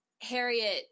Harriet